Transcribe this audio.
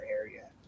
area